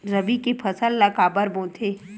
रबी के फसल ला काबर बोथे?